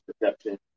perception